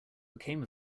became